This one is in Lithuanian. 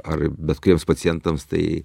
ar bet kuriems pacientams tai